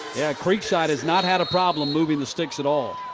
yeah, creekside has not had a problem moving the sticks at all.